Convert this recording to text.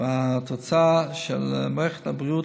וההוצאות של מערכת הבריאות.